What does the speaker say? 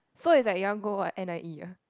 so is like you want go what n_i_e ah